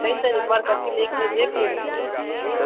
नहीं सर एक बार कर के देख लीजिए फ़िर जी